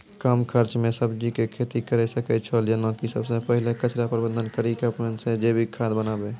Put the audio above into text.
कम खर्च मे सब्जी के खेती करै सकै छौ जेना कि सबसे पहिले कचरा प्रबंधन कड़ी के अपन से जैविक खाद बनाबे?